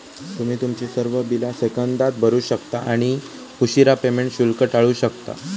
तुम्ही तुमची सर्व बिला सेकंदात भरू शकता आणि उशीरा पेमेंट शुल्क टाळू शकता